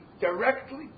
directly